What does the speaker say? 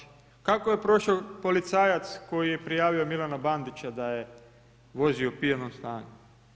Kako je prošao policajac koji je prijavio Milana Badića da je vozio u pijanom stanju?